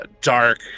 dark